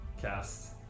cast